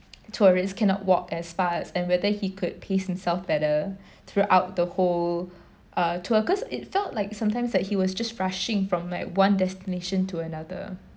tourists cannot walk as fast and whether he could pace him self better throughout the whole uh tour cause it felt like sometimes like he was just rushing from one destination to another